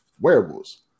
wearables